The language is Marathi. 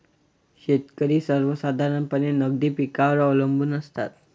शेतकरी सर्वसाधारणपणे नगदी पिकांवर अवलंबून असतात